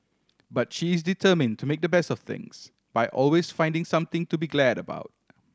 but she is determined to make the best of things by always finding something to be glad about